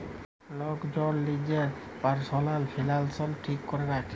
lock জল লিজের পারসলাল ফিলালস ঠিক ক্যরে রাখে